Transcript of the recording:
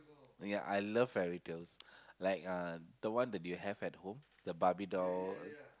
ya I love fairytale like the one that you have at home the barbie doll